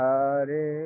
Hare